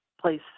place